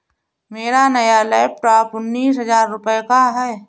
मेरा नया लैपटॉप उन्नीस हजार रूपए का है